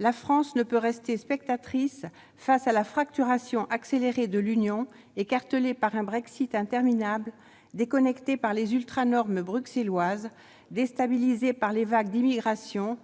La France ne peut rester spectatrice face à la fracturation accélérée de l'Union, écartelée par un Brexit interminable, déconnectée par les ultra-normes bruxelloises, déstabilisée par les vagues d'immigration